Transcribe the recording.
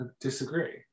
Disagree